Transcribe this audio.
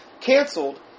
canceled